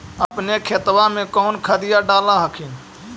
अपने खेतबा मे कौन खदिया डाल हखिन?